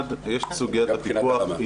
יש את סוגיית הפיקוח,